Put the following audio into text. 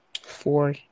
Four